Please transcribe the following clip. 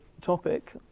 topic